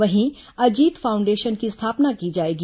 वहीं अजीत फाउंडेशन की स्थापना की जाएगी